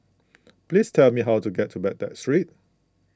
please tell me how to get to Baghdad Street